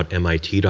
but mit.